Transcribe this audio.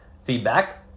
Feedback